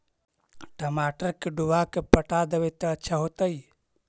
टमाटर के डुबा के पटा देबै त अच्छा होतई?